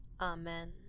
Amen